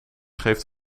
geeft